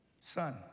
Son